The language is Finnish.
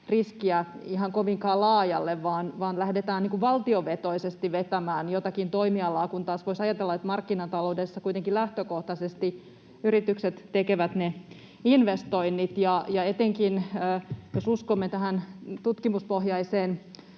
riskiä ihan kovinkaan laajalle vaan lähdetään valtiovetoisesti vetämään jotakin toimialaa, kun taas voisi ajatella, että markkinataloudessa kuitenkin lähtökohtaisesti yritykset tekevät ne investoinnit. Etenkin, jos uskomme tähän tutkimuspohjaiseen